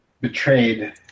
betrayed